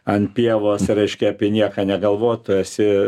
ant pievos reiškia apie nieką negalvot tu esi